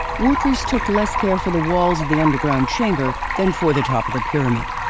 workers took less care for the walls of the underground chamber than for the top of the pyramid.